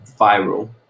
viral